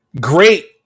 great